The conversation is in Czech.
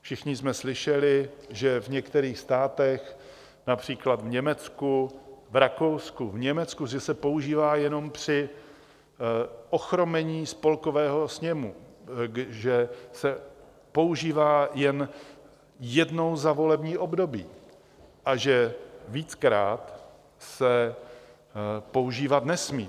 Všichni jsme slyšeli, že v některých státech, například v Německu, v Rakousku, v Německu, se používá jenom při ochromení Spolkového sněmu, že se používá jen jednou za volební období a že víckrát se používat nesmí.